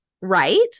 Right